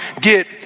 get